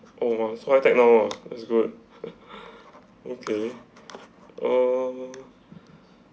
oh !wow! so I take note lah it's good okay uh